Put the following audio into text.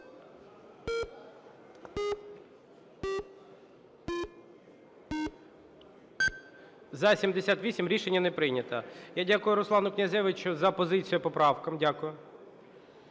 За-78 Рішення не прийнято. Я дякую Руслану Князевичу за позицію по правкам. Дякую.